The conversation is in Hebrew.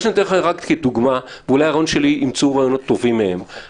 אני נותן את זה כדוגמה ואולי ימצאו רעיונות טובים מהרעיון שלי.